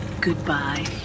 goodbye